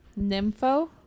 Nympho